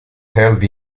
held